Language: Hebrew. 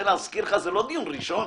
להזכירך, זה לא דיון ראשון.